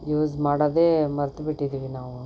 use ಮಾಡೋದೇ ಮರೆತು ಬಿಟ್ಟಿದ್ದೀವಿ ನಾವು